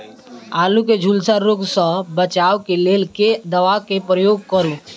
आलु केँ झुलसा रोग सऽ बचाब केँ लेल केँ दवा केँ प्रयोग करू?